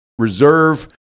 Reserve